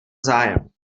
zájem